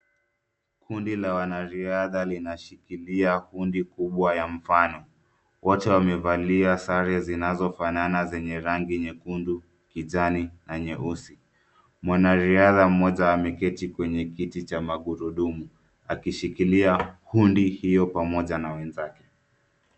Kundi la la wanariadha linashikilia hundi kubwa ya mfano. Wote wamevalia sare zinazofanana zenye rangi nyekundu kijani na nyeusi. Mwanariadha mmoja ameketi kwenye kiti cha magurudumu akishikilia hundi hiyo pamoja na wenzake.